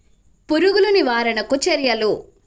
పురుగులు నివారణకు చర్యలు?